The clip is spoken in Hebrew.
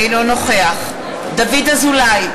אינו נוכח דוד אזולאי,